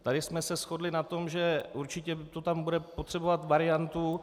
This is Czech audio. Tady jsme se shodli na tom, že to určitě bude potřebovat variantu.